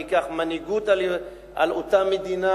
מי ייקח מנהיגות על אותה מדינה,